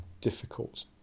difficult